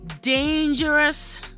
Dangerous